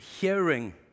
hearing